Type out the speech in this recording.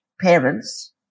parents